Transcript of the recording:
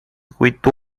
with